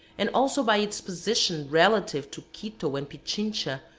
and also by its position relative to quito and pichincha,